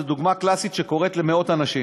זו דוגמה קלאסית שקורית למאות אנשים,